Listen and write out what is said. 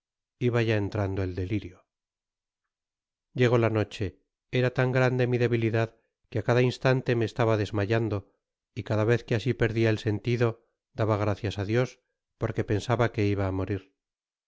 iba ya entrando el delirio llegó la noche era tan grande mi debilidad que á cada instante me estaba desmayando y cada vez que asi perdia el sentido daba gracias á dios porque pensaba que iba á morir